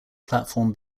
platform